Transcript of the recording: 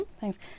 Thanks